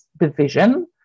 division